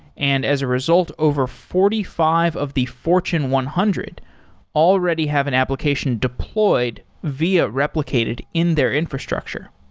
and as a result, over forty five of the fortune one hundred already have an application deployed via replicated in their infrastructure.